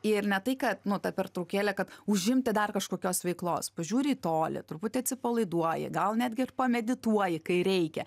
ir ne tai kad nu ta pertraukėlė kad užimti dar kažkokios veiklos pažiūri į tolį truputį atsipalaiduoji gal netgi ir pamedituoji kai reikia